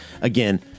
again